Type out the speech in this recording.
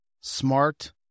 smart